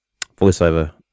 voiceover